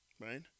Right